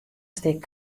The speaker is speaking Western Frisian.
stik